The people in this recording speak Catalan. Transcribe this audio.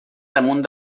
damunt